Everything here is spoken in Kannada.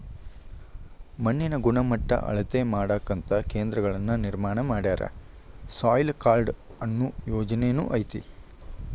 ಮಣ್ಣಿನ ಗಣಮಟ್ಟಾ ಅಳತಿ ಮಾಡಾಕಂತ ಕೇಂದ್ರಗಳನ್ನ ನಿರ್ಮಾಣ ಮಾಡ್ಯಾರ, ಸಾಯಿಲ್ ಕಾರ್ಡ ಅನ್ನು ಯೊಜನೆನು ಐತಿ